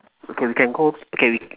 okay we can go okay we